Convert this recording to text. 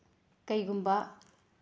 ꯀꯩꯒꯨꯝꯕ